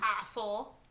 Asshole